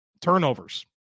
turnovers